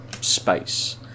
space